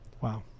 Wow